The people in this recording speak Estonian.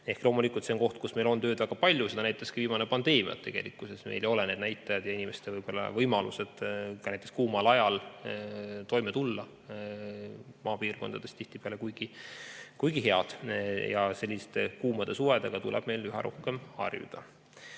jne. Loomulikult see on koht, kus meil on tööd väga palju, seda näitas ka viimane pandeemia. Tegelikkuses ei ole need näitajad ja inimeste võimalused näiteks kuumal ajal toime tulla maapiirkondades tihtipeale kuigi head. Selliste kuumade suvedega tuleb meil aga üha rohkem harjuda. Teine